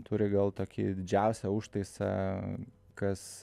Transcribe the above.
turi gal tokį didžiausią užtaisą kas